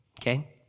Okay